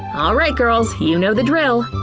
alright, girls, you know the drill.